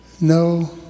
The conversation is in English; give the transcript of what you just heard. No